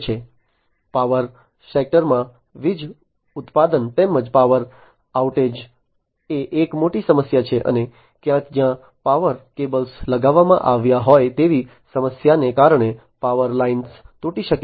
power સેક્ટરમાં વીજ ઉત્પાદન તેમજ પાવર આઉટેજ એ એક મોટી સમસ્યા છે અને ક્યાંક જ્યાં પાવર કેબલ લગાવવામાં આવ્યા હોય તેવી સમસ્યાને કારણે પાવર લાઇન તૂટી શકે છે